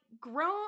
grown